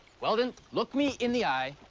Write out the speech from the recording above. weldon, look me in the eye,